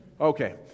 Okay